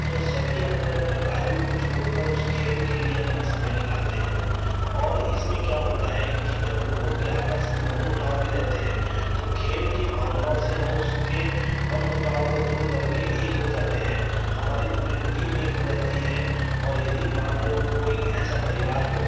तो सभी अपने अपने कार्यों को छोड़ कर उस खेल के लिए अपना समय निकालते हैं और इसमें क्या होता है कि जब लोगों के आपस में मनमुटाव भी रहते हैं तो खेल की भावनाओं से हम उसके मनमुटावों को दूर करके एक हो जाते हैं हमारी पूरी टीम एक हो जाती है और यदि मान लो कोई ऐसा परिवार हो